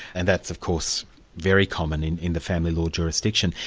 and that's of course very common in in the family law jurisdiction.